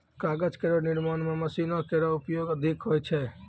कागज केरो निर्माण म मशीनो केरो प्रयोग अधिक होय छै